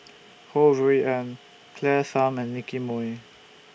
Ho Rui An Claire Tham and Nicky Moey